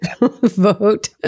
vote